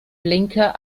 blinker